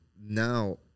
now